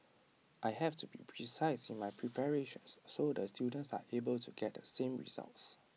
I have to be precise in my preparations so the students are able to get the same results